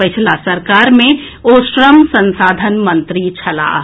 पछिला सरकार मे ओ श्रम संसाधन मंत्री छलाह